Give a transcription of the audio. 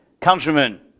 countrymen